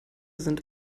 sind